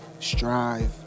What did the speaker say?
Strive